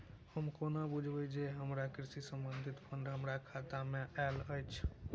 हम कोना बुझबै जे हमरा कृषि संबंधित फंड हम्मर खाता मे आइल अछि?